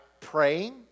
praying